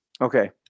Okay